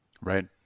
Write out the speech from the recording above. Right